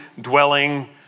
dwelling